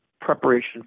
preparation